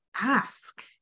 ask